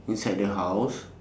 inside the house